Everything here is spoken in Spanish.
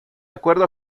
acuerdo